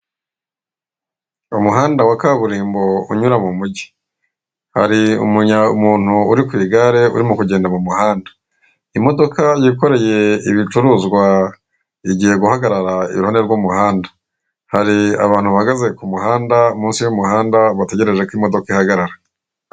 Umuhanda wa kaburimbo unyura mu mujyi hari umunya umuntu uri ku igare urimo kugenda mu muhanda imodoka yikoreye ibicuruzwa igiye guhagarara iruhande rw'umuhanda. Hari abantu bahagaze ku muhanda munsi y'umuhanda bategereje ko imodoka ihagarara.